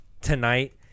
tonight